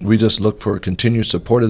we just look for continued support